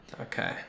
Okay